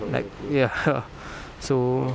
like ya !huh! so